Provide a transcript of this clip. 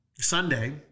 Sunday